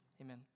Amen